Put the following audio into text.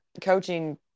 coaching